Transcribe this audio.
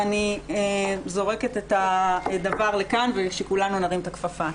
אני זורקת את הדבר לכאן, שכולנו נרים את הכפפה.